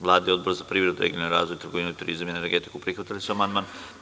Vlada i Odbor za privredu i regionalni razvoj, trgovinu, turizam i energetiku prihvatili su amandman.